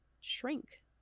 shrink